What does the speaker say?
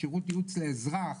שירות ייעוץ לאזרח,